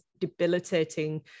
debilitating